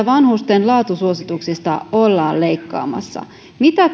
vanhusten laatusuosituksista ollaan leikkaamassa mitä